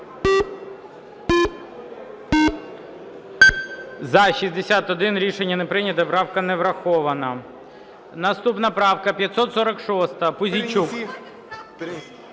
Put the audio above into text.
За-61 Рішення не прийнято. Правка не врахована. Наступна правка 546, Пузійчук.